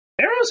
Arrows